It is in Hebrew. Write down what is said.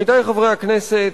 עמיתי חברי הכנסת,